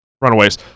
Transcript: Runaways